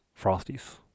Frosties